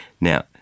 Now